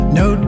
no